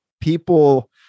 people